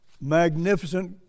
magnificent